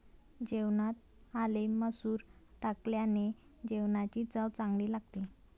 जेवणात आले मसूर टाकल्याने जेवणाची चव चांगली लागते